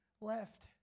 left